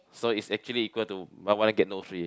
so is actually equal to buy one ah get no free